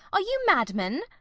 are you madmen?